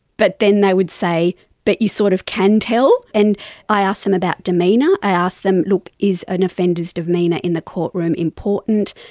but then they would say but you sort of can tell. and i asked them about demeanour, i asked, look, is an offender's demeanour in the courtroom important,